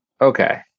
okay